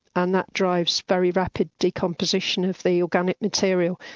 and that drives very rapid decomposition of the organic material,